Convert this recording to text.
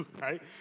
right